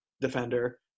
defender